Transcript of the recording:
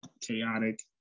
chaotic